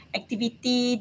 activity